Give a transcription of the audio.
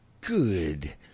Good